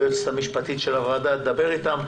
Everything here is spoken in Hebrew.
היועצת המשפטית של הוועדה תדבר עליהן.